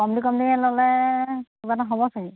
কমতি কমতিকৈ ল'লে কিবা এটা হ'ব চাগে